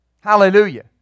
Hallelujah